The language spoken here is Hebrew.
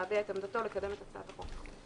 להביע את עמדתו לקדם את הצעת החוק שלו.